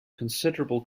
considerable